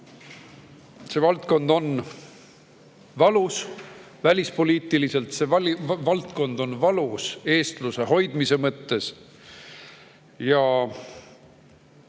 See valdkond on valus välispoliitiliselt, see [otsus] on valus eestluse hoidmise mõttes.